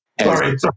Sorry